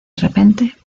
repente